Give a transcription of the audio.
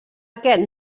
aquest